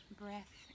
breath